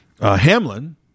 Hamlin